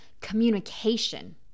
Communication